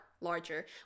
larger